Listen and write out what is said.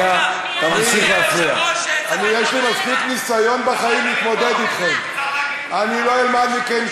אני לא מפחד מכם ואני לא אוותר על מה שאני רוצה לומר.